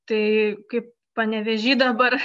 tai kaip panevėžy dabar